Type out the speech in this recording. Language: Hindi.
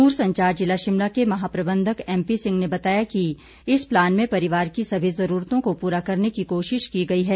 दूरसंचार जिला शिमला के महाप्रबंधक एमपी सिंह ने बताया कि इस प्लान में परिवार की सभी जरूरतों को पूरा करने की कोशिश की गई है